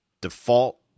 default